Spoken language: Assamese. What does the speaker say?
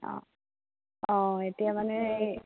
অঁ অঁ এতিয়া মানে এই